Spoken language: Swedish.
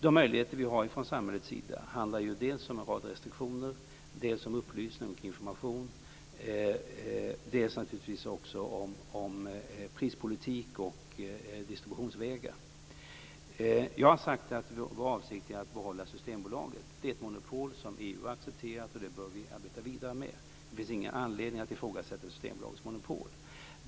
De möjligheter som vi har från samhällets sida är dels en rad restriktioner, dels upplysning och information, dels prispolitik och distributionsvägar. Jag har sagt att det är vår avsikt att behålla Systembolaget. Det är ett monopol som EU har accepterat, och det bör vi arbeta vidare med. Det finns ingen anledning att ifrågasätta Systembolagets monopol.